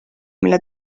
mille